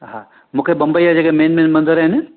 हा मूंखे बंबईअ जा जेके मेन मेन मंदरु आहिनि